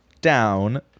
down